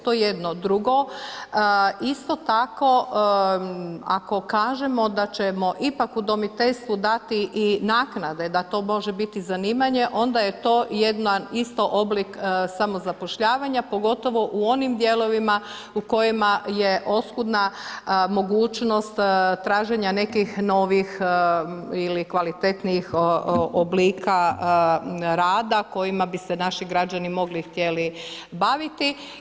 To je jedno, drugo, isto tako, ako kažemo da ćemo ipak udomiteljstvu dati naknade da to može biti zanimanje, onda je to isto oblik samozapošljavanja, pogotovo u onim dijelovima, u kojima je oskudna mogućnost traženja nekih novih ili kvalitetnijih oblika rada, kojima bi se naši građani mogli i htjeli baviti.